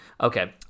Okay